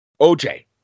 OJ